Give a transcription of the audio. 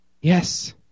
Yes